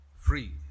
free